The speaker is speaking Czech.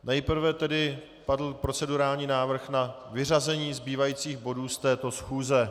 Nejprve tedy padl procedurální návrh na vyřazení zbývajících bodů z této schůze.